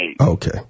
Okay